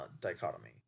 dichotomy